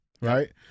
right